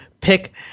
pick